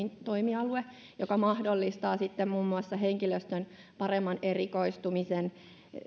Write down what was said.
toimialue joka mahdollistaa sitten muun muassa henkilöstön paremman erikoistumisen